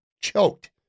choked